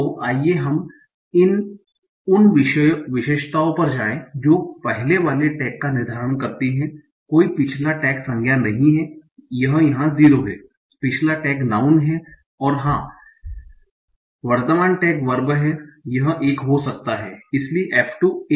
तो आइए हम उन विशेषताओं पर जाएं जो पहले वाले टैग का निर्धारण करती हैं कोई पिछला टैग संज्ञा नहीं है यह यहाँ 0 है पिछला टैग नाऊँन है हाँ और वर्तमान टैग वर्ब है यह 1 हो सकता है इसलिए f2 1 है